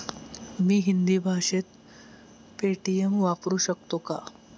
मी हिंदी भाषेत पेटीएम वापरू शकतो का?